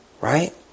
Right